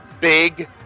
Big